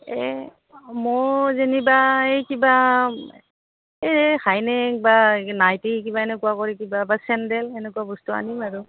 এই মোৰ যেনিবা এই কিবা এই হাইনেক বা নাইটি কিবা এনেকুৱা কৰি কিবা বা চেণ্ডেল এনেকুৱা বস্তু আনিম আৰু